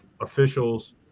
officials